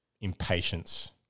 impatience